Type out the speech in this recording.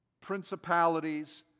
principalities